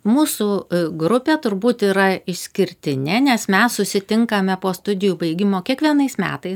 mūsų grupė turbūt yra išskirtinė nes mes susitinkame po studijų baigimo kiekvienais metais